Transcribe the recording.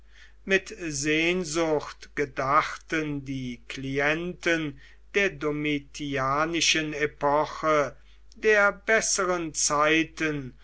mit sehnsucht gedachten die klienten der domitianischen epoche der bessern zeiten